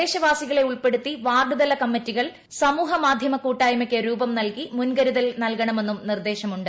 പ്രദേശവാസികളെ ഉൾപ്പെടുത്തി വാർഡുതല കമ്മറ്റികൾ സമൂഹ് മാർച്ചമ കൂട്ടായ്മക്ക് രൂപം നൽകി മുൻകരുതൽ നൽകണമെന്നു് ഫ്ലീർദേശമുണ്ട്